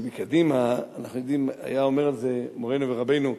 בקדימה אנחנו יודעים, היה אומר את זה מורנו ורבנו,